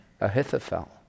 Ahithophel